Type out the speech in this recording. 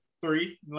Three